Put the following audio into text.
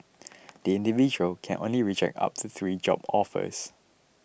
the individual can reject only up to three job offers